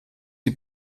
die